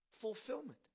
fulfillment